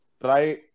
try